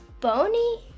bony